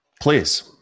please